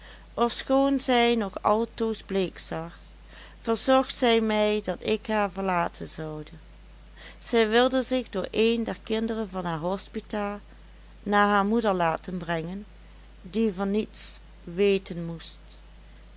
ofschoon zij nog altoos bleekzag verzocht zij mij dat ik haar verlaten zoude zij wilde zich door een der kinderen van haar hospita naar haar moeder laten brengen die van niets weten moest